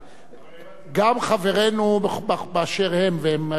גם חברינו באשר הם, והם חברים מצוינים,